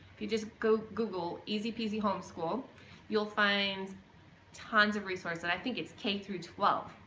you just go google easy-peasy homeschool you'll find tons of resources i think it's k through twelve.